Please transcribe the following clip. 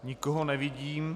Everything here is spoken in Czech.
Nikoho nevidím.